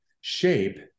shape